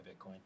Bitcoin